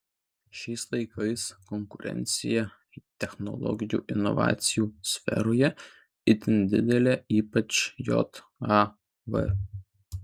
šiais laikais konkurencija technologijų inovacijų sferoje itin didelė ypač jav